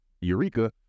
Eureka